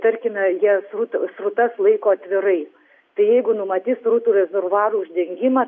tarkime jie srut srutas laiko atvirai tai jeigu numatys srutų rezervuarų uždengimą